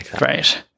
Right